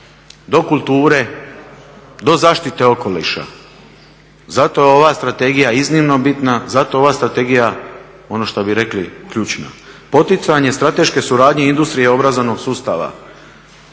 do kulture, do zaštite okoliša. Zato je ova strategija iznimno bitna, zato ova strategija ono što bi rekli ključna. Poticanje strateške suradnje industrije obrazovnog sustava.